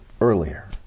earlier